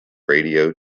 radio